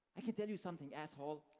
i can tell you something, asshole.